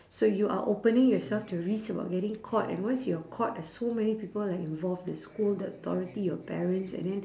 so you are opening yourself to risk about getting caught and once you're caught there's so many people that involve the school the authority your parents and then